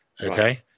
okay